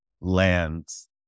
lands